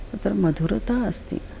तत्र मधुरता अस्ति